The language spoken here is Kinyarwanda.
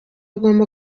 agomba